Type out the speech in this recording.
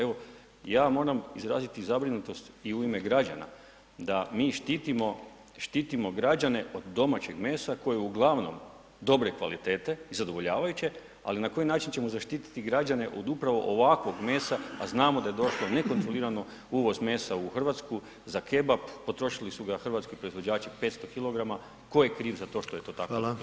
Evo ja moram izraziti zabrinutost i u ime građana da mi štitimo građane od domaćeg mesa koje je uglavnom dobre kvalitete i zadovoljavajuće ali na koji način ćemo zaštititi građane od upravo ovakvog mesa a znamo da je došlo nekontrolirano uvoz mesa u Hrvatsku, za kebab potrošili su ga hrvatski proizvođači 500 kg, tko je kriv za to što je to tako se dogodilo?